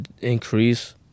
increase